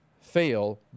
fail